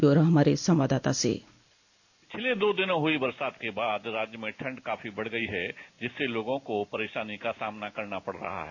ब्यौरा हमारे संवाददाता से पिछले दो दिनों हुई बरसात के बाद राज्य में ठंड काफी बढ़ गई है जिससे लोगों को परेशानी का सामना करना पड़ रहा है